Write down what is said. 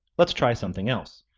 let's try something else.